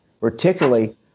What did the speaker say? particularly